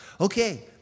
Okay